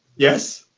yes!